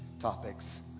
topics